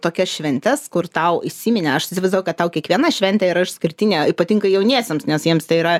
tokias šventes kur tau įsiminė aš įsivaizdavau kad tau kiekviena šventė yra išskirtinė patinka jauniesiems nes jiems tai yra